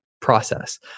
process